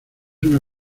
una